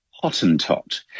Hottentot